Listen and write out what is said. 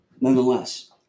Nonetheless